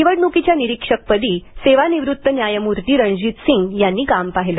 निवडण्कीच्या निरीक्षकपदी सेवानिवृत्त न्यायमूर्ती रणजीत सिंग यांनी काम पाहिले